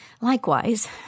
Likewise